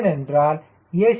ஏனென்றால் a